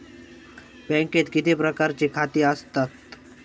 बँकेत किती प्रकारची खाती आसतात?